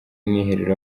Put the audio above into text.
mwiherero